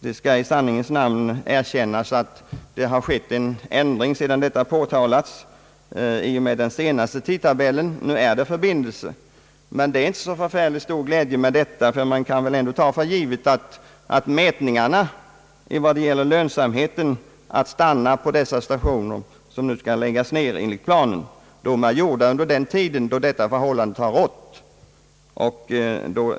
Det skall i sanningens namn erkännas att det har skett en ändring i den senaste tidtabellen, sedan detta påtalats. Nu är det förbindelse mellan dessa tåg, men det är inte så förfärligt stor glädje med detta, ty man kan väl ändå ta för givet att mätningarna beträffande lönsamheten av att stanna på dessa stationer som nu enligt planen skall läggas ned gjordes under den tiden då detta förhållande rådde.